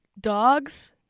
dogs